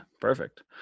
Perfect